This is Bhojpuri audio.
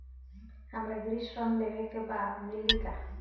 हमरा गृह ऋण लेवे के बा मिली का?